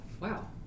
wow